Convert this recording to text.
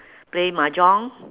play mahjong